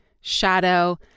shadow